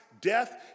death